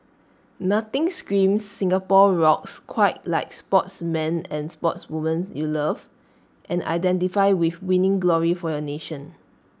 nothing screams 'Singapore rocks' quite like sportsmen and sportswomen you love and identify with winning glory for your nation